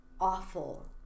awful